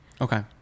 Okay